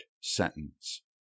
sentence